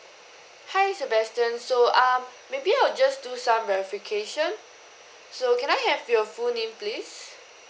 hi sebastian so um maybe I'll just do some verification so can I have your full name please